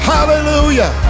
Hallelujah